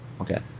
Okay